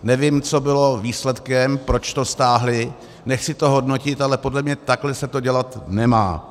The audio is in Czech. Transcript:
Nevím, co bylo výsledkem, proč to stáhli, nechci to hodnotit, ale podle mě takhle se to dělat nemá.